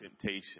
temptation